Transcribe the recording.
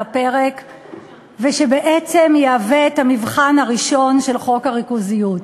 הפרק ושבעצם יהווה את המבחן הראשון של חוק הריכוזיות.